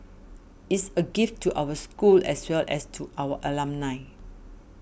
is a gift to our school as well as to our alumni